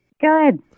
Good